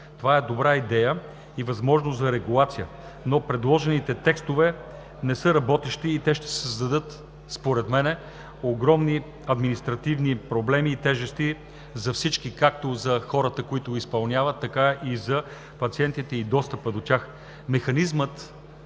Това е добра идея и възможност за регулация, но предложените текстове не са работещи и те според мен ще създадат огромни административни проблеми и тежести за всички – както за хората, които изпълняват, така и за пациентите и достъпа до тях. Механизмът